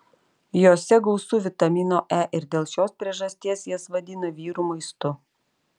jose gausu vitamino e ir dėl šios priežasties jas vadina vyrų maistu